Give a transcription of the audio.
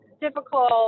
difficult